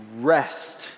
rest